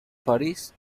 parish